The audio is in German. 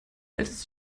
älteste